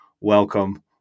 welcome